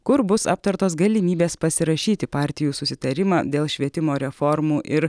kur bus aptartos galimybės pasirašyti partijų susitarimą dėl švietimo reformų ir